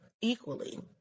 equally